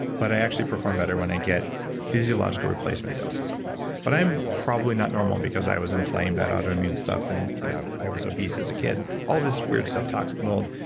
but i actually perform better when i get physiological replacement doses of this, but i'm probably not normal because i was inflamed, had autoimmune stuff, and you know i was obese as a kid, all this weird stuff, toxic mold.